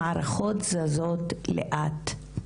המערכות זזות לאט.